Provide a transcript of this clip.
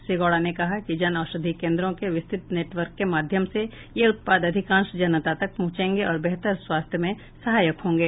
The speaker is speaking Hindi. श्री गौडा ने कहा कि जन औषधि केन्द्रों के विस्तृत नेटवर्क के माध्यम से ये उत्पाद अधिकांश जनता तक पहुंचेंगे और बेहतर स्वास्थ्य में सहायक होंगे